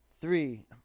three